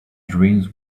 dreams